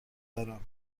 دارم